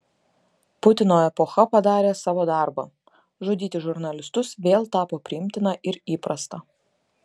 putino epocha padarė savo darbą žudyti žurnalistus vėl tapo priimtina ir įprasta